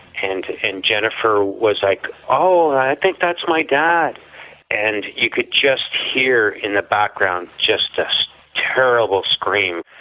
and and jennifer was like, oh, i think that's my dad and you could just hear in the background, just this terrible scream.